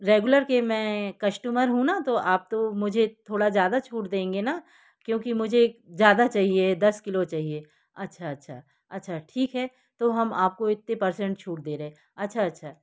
regular की मैं customer हूँ ना तो आप तो मुझे ज़्यादा छूट देंगे ना क्योंकि मुझे ज़्यादा चाहिए दस किलो चाहिए अच्छा अच्छा ठीक है तो हम आपको इतने परसेंट छूट दे रहे हैं अच्छा अच्छा